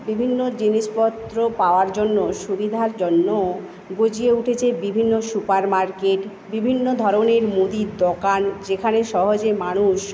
বিভিন্ন জিনিসপত্র পাওয়ার জন্য সুবিধার জন্যও গজিয়ে উঠেছে বিভিন্ন সুপার মার্কেট বিভিন্ন ধরনের মুদির দোকান যেখানে সহজে মানুষ